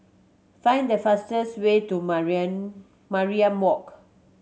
find the fastest way to Mariam Walk